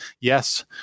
Yes